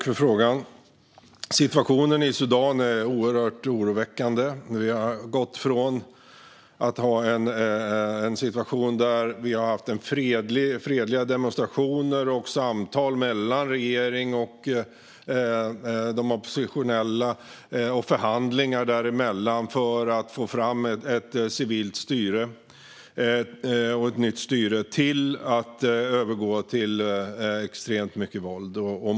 Fru talman! Situationen i Sudan är oerhört oroväckande. Den har gått från fredliga demonstrationer och samtal och förhandlingar mellan regering och de oppositionella för att få fram ett nytt, civilt styre till en situation med extremt mycket våld.